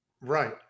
Right